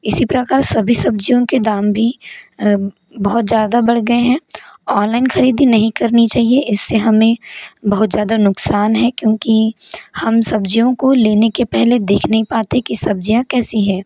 इसी प्रकार सभी सब्ज़ियों के दाम भी बहुत ज़्यादा बढ़ गए हैं ऑनलाइन खरीदी नहीं करनी चाहिए इससे हमें बहुत ज़्यादा नुकसान है क्योंकि हम सब्ज़ियों को लेने के पहले देख नहीं पाते की सब्ज़ियाँ कैसी हैं